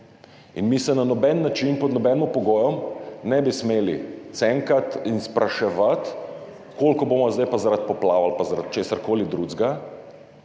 Mi se na noben način, pod nobenim pogojem ne bi smeli pogajati in spraševati, koliko bomo vzeli zaradi poplav ali pa zaradi česarkoli drugega